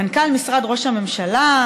מנכ"ל משרד ראש הממשלה,